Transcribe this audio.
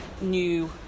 new